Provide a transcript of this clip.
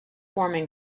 forming